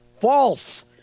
false